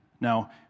Now